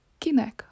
kinek